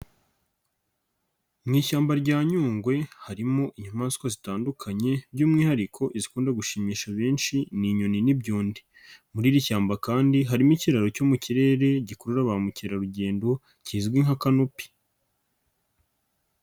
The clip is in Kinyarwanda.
Mu ishyamba rya Nyungwe harimo inyamaswa zitandukanye, by'umwihariko izikunda gushimisha benshi ni inyoni n'ibyondi, muri iri shyamba kandi harimo ikiraro cyo mu kirere gikurura ba mukerarugendo kizwi nka kanopi.